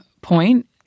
point